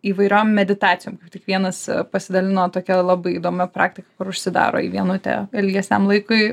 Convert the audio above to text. įvairiom meditacijom kaip tik vienas pasidalino tokia labai įdomia praktika kur užsidaro į vienutę ilgesniam laikui